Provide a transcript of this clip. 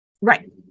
right